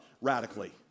radically